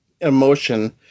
emotion